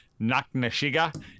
Naknashiga